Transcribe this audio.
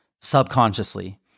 subconsciously